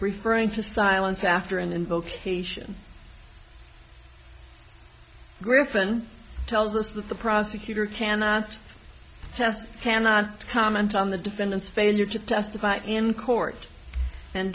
referring to silence after and in vocation griffen tells us that the prosecutor cannot test cannot comment on the defendant's failure to testify in court and